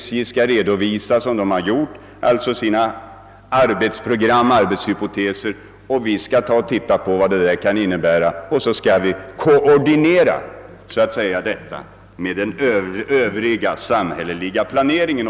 SJ skall som hittills skett redovisa sina arbetsprogram och arbetshypoteser, och vi skall studera dem. Därefter skall vi söka koordinera dessa saker med den övriga samhällsplaneringen.